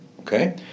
okay